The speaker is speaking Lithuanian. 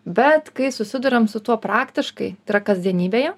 bet kai susiduriam su tuo praktiškai tai yra kasdienybėje